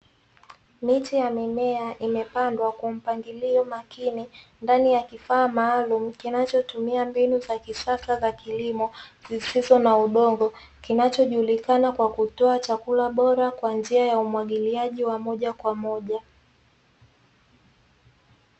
Miche ya mimea imepandwa kwa mpangilio makini ndani ya kifaa maalumu kinachotumia mbinu za kisasa za kilimo zisizo na udongo. Kinachojulikana kwa kutoa chakula bora kwa njia ya umwagiliaji wa moja kwa moja.